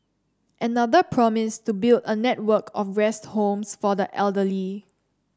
another promised to build a network of rest homes for the elderly